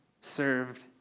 served